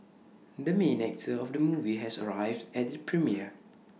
the main actor of the movie has arrived at the premiere